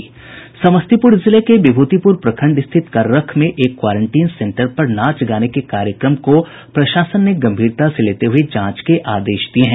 समस्तीपुर जिले के विभूतिपुर प्रखंड स्थित कर्रख में एक क्वारेंटीन सेन्टर पर नाच गाने के कार्यक्रम को प्रशासन ने गम्भीरता से लेते हुये जांच के आदेश दिये हैं